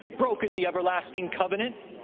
broken the everlasting covenant.